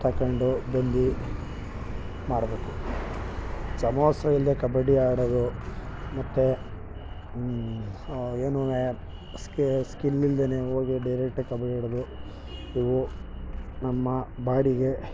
ತಕೊಂಡು ಬಂದು ಮಾಡಬೇಕು ಸಮವಸ್ತ್ರ ಇಲ್ಲದೆ ಕಬಡ್ಡಿ ಆಡೋದು ಮತ್ತು ಏನೂ ಸ್ಕಿಲ್ ಇಲ್ದೇ ಹೋಗಿ ಡೈರೆಕ್ಟಾಗಿ ಕಬಡ್ಡಿ ಆಡೋದು ಇವು ನಮ್ಮ ಬಾಡಿಗೆ